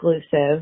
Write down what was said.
exclusive